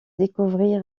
découvrir